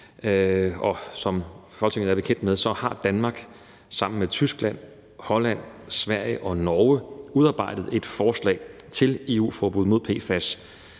Som Folketinget er bekendt med, har Danmark sammen med Tyskland, Holland, Sverige og Norge udarbejdet et forslag til et EU-forbud mod PFAS.